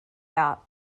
out